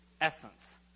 essence